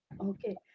Okay